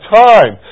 time